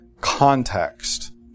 context